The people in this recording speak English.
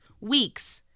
weeks